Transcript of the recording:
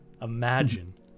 Imagine